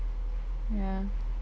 ya